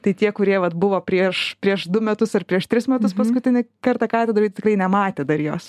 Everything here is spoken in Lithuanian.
tai tie kurie vat buvo prieš prieš du metus ar prieš tris metus paskutinį kartą katedroj tikrai nematė dar jos